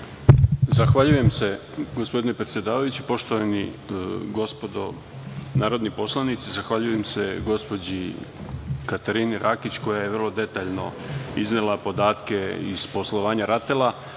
Zahvaljujem se gospodine predsedavajući. Poštovana gospodo narodni poslanici, zahvaljujem se gospođi Katarini Rakić koja je vrlo detaljno iznela podatke iz poslovanja RATEL-a.